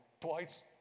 twice